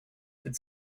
could